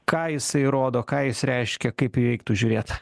ką jisai rodo ką jis reiškia kaip į jį reiktų žiūrėt